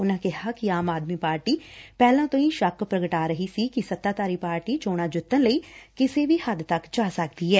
ਉਨਾਂ ਕਿਹਾ ਕਿ ਆਮ ਆਦਮੀ ਪਾਰਟੀ ਪਹਿਲਾਂ ਤੋ ਹੀ ਸ਼ੱਕ ਪ੍ਰਗਟਾ ਰਹੀ ਸੀ ਕਿ ਸੱਤਾਧਾਰੀ ਪਾਰਟੀ ਚੋਣਾ ਜਿੱਤਣ ਲਈ ਕਿਸੇ ਵੀ ਹੱਦ ਤੱਕ ਜਾ ਸਕਦੀ ਏ